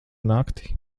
nakti